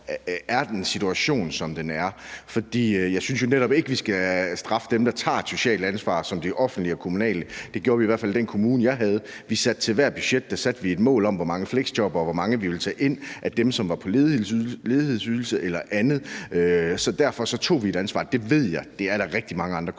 hvorfor situationen er, som den er. For jeg synes jo netop ikke, vi skal straffe dem, der tager et socialt ansvar i det offentlige og kommunale, det tog vi i hvert fald i den kommune, jeg var i. I forbindelse med ethvert budget satte vi et mål om, hvor mange fleksjobbere og hvor mange af dem, som var på ledighedsydelse eller andet, vi ville tage ind. Så derfor tog vi et ansvar, og det ved jeg også at der er rigtig mange andre kommuner